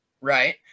right